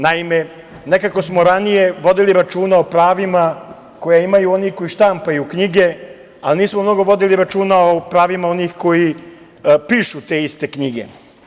Naime, nekako smo ranije vodili računa o pravima koja imaju oni koji štampaju knjige, a nismo mnogo vodili računa o pravima onih koji pišu te iste knjige.